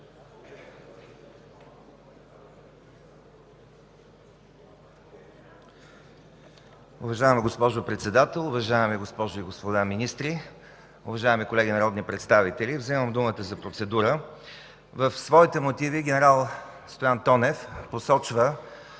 Уважаема госпожо Председател, уважаеми госпожи и господа министри! Уважаеми колеги народни представители, вземам думата за процедура. В своите мотиви ген. Стоян Тонев посочва,